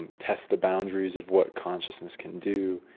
test the boundaries of what consciousness can do,